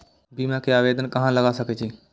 बीमा के आवेदन कहाँ लगा सके छी?